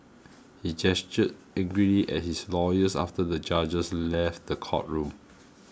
he gestured angrily at his lawyers after the judges left the courtroom